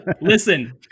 Listen